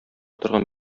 торган